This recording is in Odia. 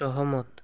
ସହମତ